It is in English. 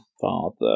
father